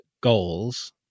goals